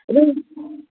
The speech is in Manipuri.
ꯑꯗꯨꯝ